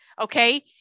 Okay